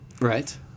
Right